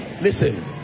Listen